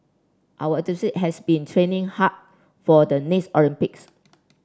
our has been training hard for the next Olympics